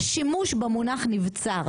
יש שימוש במונח נבצר,